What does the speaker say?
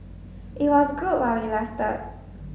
it was good while it lasted